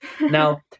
now